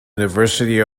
university